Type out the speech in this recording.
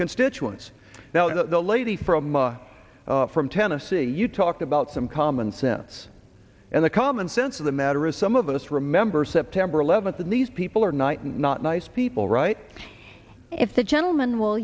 constituents now the lady from a from tennessee you talked about some common sense and the common sense of the matter is some of us remember september eleventh and these people are night and not nice people right if the gentleman will